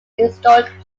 historic